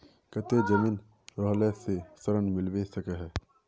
केते जमीन रहला से ऋण मिलबे सके है?